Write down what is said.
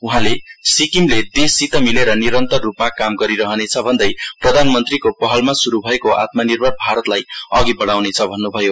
उहाँले सिक्किमले देशसित मिलेर निरन्तक रूपमा काम गरिरहनेछ भन्दै प्रधानमन्त्रीको पहलमा शुरु भएको आत्मानिर्भर भारतलाई अघि बढाउनेछ भन्नुभयो